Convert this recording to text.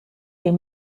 est